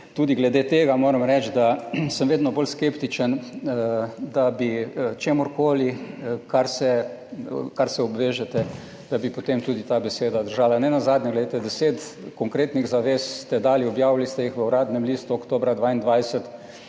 tudi glede tega moram reči, da sem vedno bolj skeptičen, da bi za karkoli, k čemur se obvežete, potem ta beseda držala. Nenazadnje, 10 konkretnih zavez ste dali, objavili ste jih v Uradnem listu oktobra 2022,